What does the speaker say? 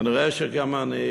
אני רואה,